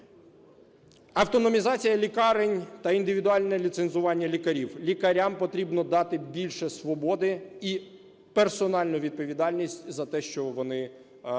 Автономізація лікарень та індивідуальне ліцензування лікарів. Лікарям потрібно дати більше свободи і персональну відповідальність за те, що вони роблять,